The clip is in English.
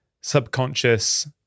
subconscious